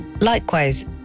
Likewise